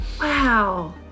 Wow